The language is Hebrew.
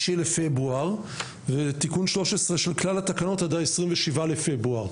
בפברואר ותיקון 13 של כלל התקנות עד ה-27 בפברואר.